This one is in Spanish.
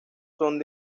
son